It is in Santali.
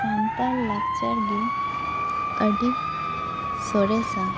ᱥᱟᱱᱛᱟᱞ ᱞᱟᱠᱪᱟᱨ ᱜᱮ ᱟᱹᱰᱤ ᱥᱚᱨᱮᱥᱟ